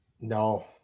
No